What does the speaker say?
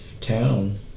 town